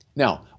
Now